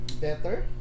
Better